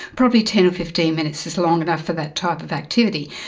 probably ten or fifteen minutes is long enough for that type of activity.